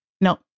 no